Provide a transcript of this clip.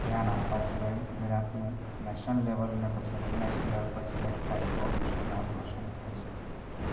ધ્યાન આપવા જોઈએ જેનાથી નેશનલને પછી ઇન્ટરનેશનલ લેવલ પર સિલેક્ટ થાય તો દેશનું નામ રોશન થઈ શકે